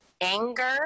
anger